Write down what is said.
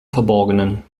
verborgenen